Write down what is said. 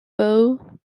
beau